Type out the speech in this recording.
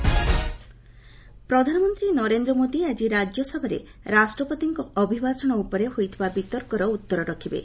PM motion ପ୍ରଧାନମନ୍ତ୍ରୀ ନରେନ୍ଦ୍ର ମୋଦୀ ଆଜି ରାଜ୍ୟସଭାରେ ରାଷ୍ଟ୍ରପତିଙ୍କ ଅଭିଭାଷଣ ଉପରେ ହୋଇଥିବା ବିତର୍କର ଉତ୍ତର ରଖିବେ